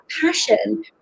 passion